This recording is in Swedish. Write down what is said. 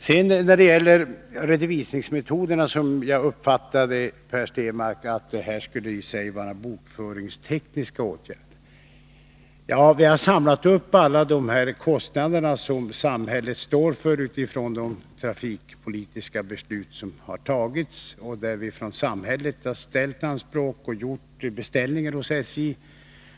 När det sedan gäller redovisningsmetoderna uppfattade jag Per Stenmarck så, att han menade att det enbart handlade om bokföringstekniska åtgärder. Vi har fört samman de kostnader som samhället ansvarar för utifrån de trafikpolitiska beslut som har fattats — på grundval av dessa beslut har vi ju från samhällets sida ställt anspråk på och gjort beställningar hos SJ.